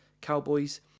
Cowboys